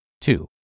Two